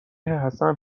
حسن